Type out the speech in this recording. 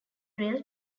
rail